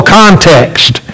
context